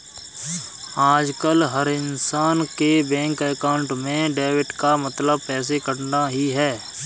आजकल हर इन्सान के बैंक अकाउंट में डेबिट का मतलब पैसे कटना ही है